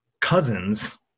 cousins